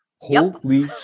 holy